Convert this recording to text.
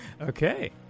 Okay